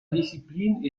discipline